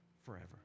forever